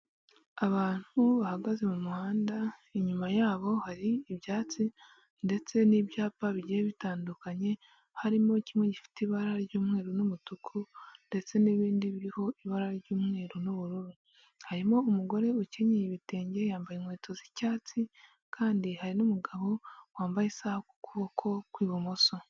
Abantu bahagaze mu muhanda inyuma yabo hari ibyatsi ndetse n'ibyapa bigiye bitandukanye, harimo kimwe gifite ibara ry'umweru n'umutuku ndetse n'ibindi biriho ibara ry'umweru n'ubururu, harimo umugore ukenyeye ibitenge yambaye inkweto z'icyatsi kandi hari n'umugabo wambaye isaha ku kuboko kw'ibumoso.